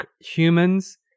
humans